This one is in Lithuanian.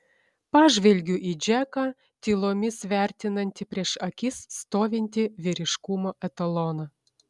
pažvelgiu į džeką tylomis vertinantį prieš akis stovintį vyriškumo etaloną